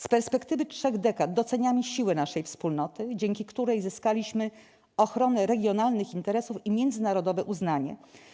Z perspektywy trzech dekad doceniamy siłę naszej wspólnoty, dzięki której zyskaliśmy ochronę regionalnych interesów i międzynarodowe uznanie.